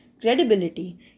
Credibility